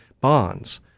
bonds